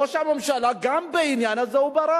אבל ראש הממשלה, גם בעניין הזה ברח.